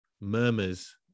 Murmurs